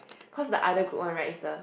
cause the other group one right is the